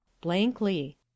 Blankly